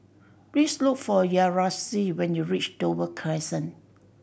please look for Yaretzi when you reach Dover Crescent